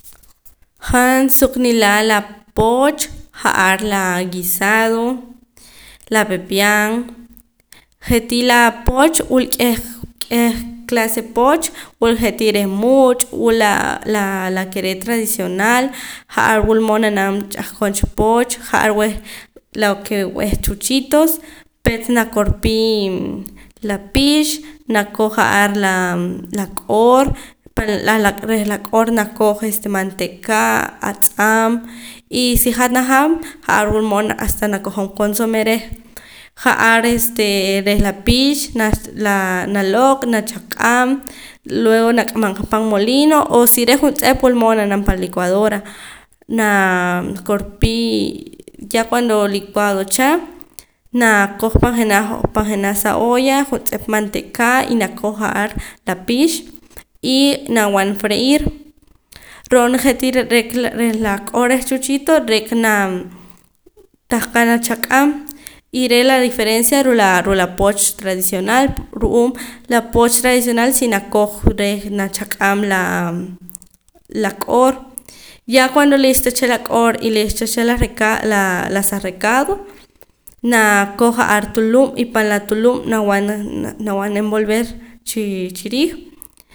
Han suq nila' laa pooch ja'ar la guisado la pepian je'tii la pooch wul k'eh k'eh clase pooch wul je'tii de muuch' wula la la ke re' tradicional ja'ar wulmood na'nam ch'ahqon cha pooch ja'ar b'eh lo ke b'eh chuchitos peet nakorpiim la pix nakoj ja'ar laa la q'oor pa re' la q'oor nakoj este manteeka' atz'aam y si hat najaam ja'ar wulmood hasta nakojom consome reh ja'ar este reh la pix naa la nalooq' nachaq'aab' luego nak'amam qa pan molino o si reh juntz'ep wulmood na'nam pan licuadora naa korpii ya cuando licuado cha naa koj pan jenaj pan jenas sa olla juntz'ep manteeka' y nakoj ja'ar la pix y nawan freir ro'na je'tii re'ka reh la q'oor reh chuchito re'ka naa tahqa' naqach'aam y re' la diferencia ruu' la ruu' la pooch tradicional ru'uum la pooch tradicional si nakoj reh nachaq'aam laa la q'oor ya cuando listo cha la q'oor y listo cha la recado la saa recado nakoj ja'ar tulub' y pan la tulub' nab'an nab'an envolver chiriij